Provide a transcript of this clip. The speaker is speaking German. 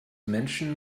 menschen